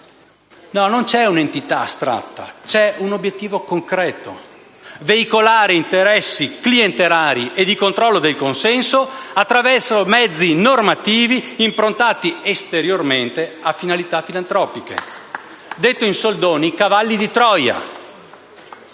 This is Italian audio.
non c'è una entità astratta, ma un obiettivo concreto: veicolare interessi clientelari e di controllo del consenso attraverso mezzi normativi improntati esteriormente a finalità filantropiche. *(Applausi del senatore